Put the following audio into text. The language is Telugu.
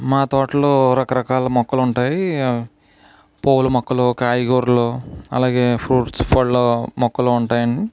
మా తోటలో రకరకాల మొక్కలు ఉంటాయి పూల మొక్కలు కాయగూరలు అలాగే ఫ్రూట్స్ పళ్ళ మొక్కలు ఉంటాయండి